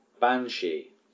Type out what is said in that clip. Banshee